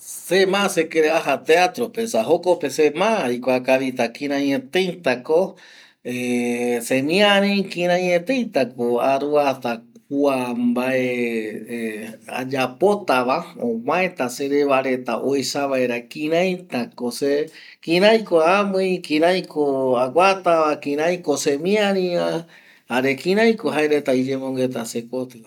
Se ma sekɨreɨ aja teatro pe, esa jokope se ma aikuakavita kirai etei ta ko semiari, kirai etei ta ko aroata kua mbae ayapotava omaeta sere vareta oesa vaera kiraita ko se kirai ko amɨi, kirai ko aguatava, kirai ko semiari va, jare kirai ko jae reta iyemongueta jae reta sekotɨ va.